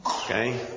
Okay